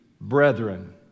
brethren